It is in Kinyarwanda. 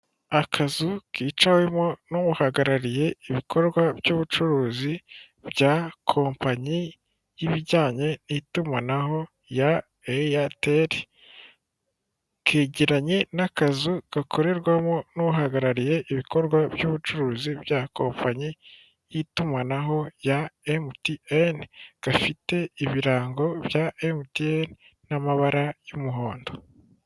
Akazu kicawemo n'uhagarariye ibikorwa by'ubucuruzi bya kompanyi y'ibijyanye n'itumanaho, ya eyateteri kegeranye, n'akazu gakorerwamo n'uhagarariye ibikorwa by'ubucuruzi bya kompanyi y'itumanaho rya emutiyene gafite ibirango bya emutiyene n'amabara y'umuhondo.